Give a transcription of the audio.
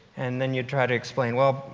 and then you tried to explain, well,